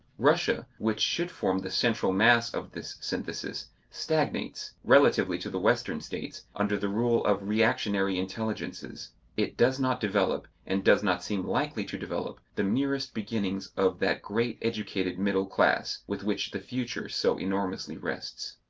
russia, which should form the central mass of this synthesis, stagnates, relatively to the western states, under the rule of reactionary intelligences it does not develop, and does not seem likely to develop, the merest beginnings of that great educated middle class, with which the future so enormously rests.